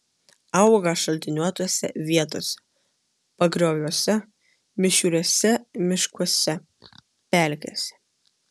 auga šaltiniuotose vietose pagrioviuose mišriuose miškuose pelkėse